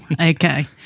Okay